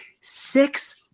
Six